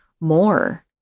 more